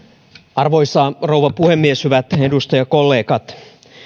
arvoisa rouva puhemies hyvät edustajakollegat